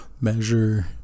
measure